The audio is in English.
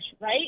Right